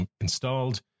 installed